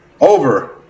over